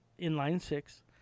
inline-six